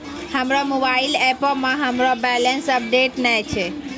हमरो मोबाइल एपो मे हमरो बैलेंस अपडेट नै छै